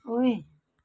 ओइ